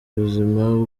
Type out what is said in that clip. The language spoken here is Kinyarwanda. ubuzima